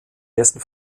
dessen